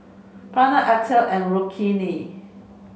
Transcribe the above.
Pranav Atal and Rukmini